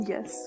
Yes